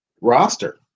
roster